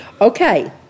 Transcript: Okay